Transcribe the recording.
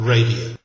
Radio